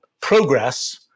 progress